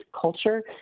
culture